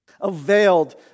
availed